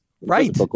Right